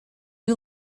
you